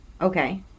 Okay